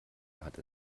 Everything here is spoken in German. hat